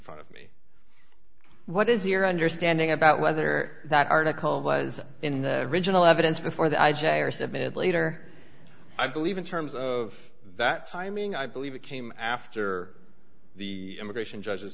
front of me what is your understanding about whether that article was in the original evidence before the i j a or submitted later i believe in terms of that timing i believe it came after the immigration judge